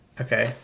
Okay